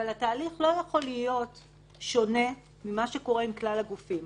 התהליך לא יכול להיות שונה ממה שקורה עם כלל הגופים.